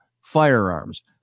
firearms